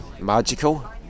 magical